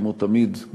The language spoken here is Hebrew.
כמו תמיד,